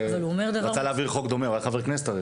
תהיה גם במצב הרגיל,